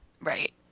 Right